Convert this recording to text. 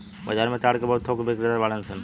बाजार में ताड़ के बहुत थोक बिक्रेता बाड़न सन